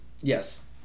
Yes